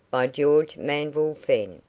by george manville fenn.